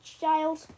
child